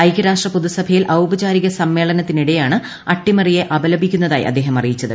ഐകൃരാഷ്ട്ര പൊതുസഭയിൽ ഔപചാരിക സമ്മേളനത്തിനിടെയാണ് അട്ടിമറിയെ അപലപിക്കുന്നതായി അദ്ദേഹം അറിയിച്ചത്